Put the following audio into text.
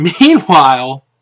Meanwhile